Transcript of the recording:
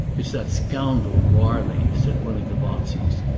it's that scoundrel, goarly, said one of the botseys.